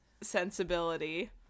sensibility